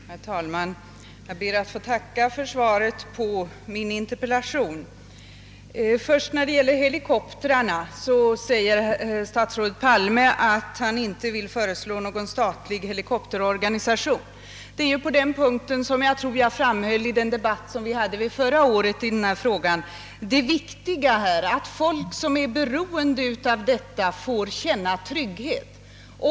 Herr talman! Jag ber att få tacka för svaret på min interpellation. Vad först gäller helikoptertrafiken säger statsrådet Palme, att han inte vill föreslå någon statlig helikopterorganisation. Det är på den punkten som jag i den debatt vi hade förra året i denna fråga framhöll det viktiga i att folk som är beroende av detta kommunikationsmedel får känna trygghet.